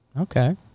Okay